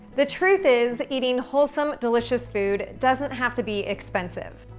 the truth is, eating wholesome, delicious food doesn't have to be expensive.